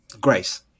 Grace